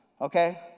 okay